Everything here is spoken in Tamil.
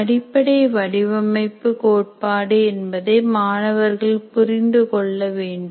அடிப்படை வடிவமைப்பு கோட்பாடு என்பதை மாணவர்கள் புரிந்து கொள்ள வேண்டும்